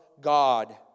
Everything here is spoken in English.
God